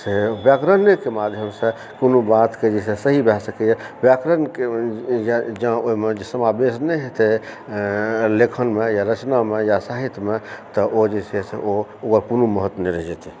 से व्याकरणेके माध्यमसँ कोनो बातके जे छै से सही भए सकइए व्याकरणके जँ ओइमे समावेश नहि हेतय लेखनमे या रचनामे या साहित्यमे तऽ ओ जे छै से ओ ओकर कोनो महत्त्व नहि रहि जेतय